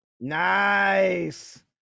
Nice